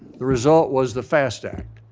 the result was the fast act.